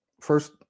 first